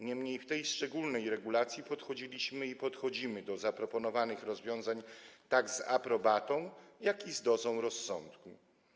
Niemniej w przypadku tej szczególnej regulacji podchodziliśmy i podchodzimy do zaproponowanych rozwiązań tak z aprobatą, jak i z dozą rozsądku.